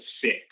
six